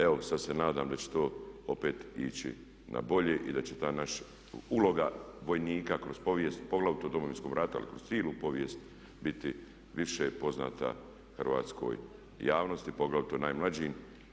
Evo sad se nadam da će to opet ići na bolje i da će ta naša uloga vojnika kroz povijest poglavito u Domovinskom ratu ali kroz cijelu povijest biti više poznata hrvatskoj javnosti, poglavito najmlađim.